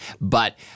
But-